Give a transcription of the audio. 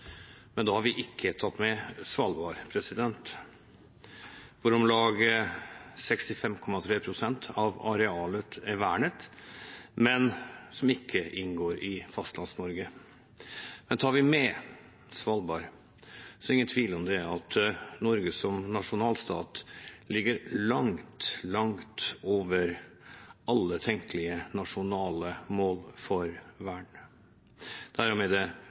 men som ikke inngår i Fastlands-Norge. Tar vi med Svalbard, er det ingen tvil om at Norge som nasjonalstat ligger langt, langt over alle tenkelige nasjonale mål for vern. Derom er det